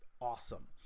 awesome